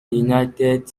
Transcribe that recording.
united